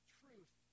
truth